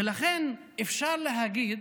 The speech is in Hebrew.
ולכן אפשר להגיד